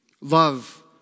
Love